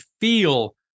feel